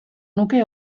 nuke